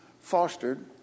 fostered